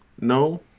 No